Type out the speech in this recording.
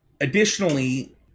Additionally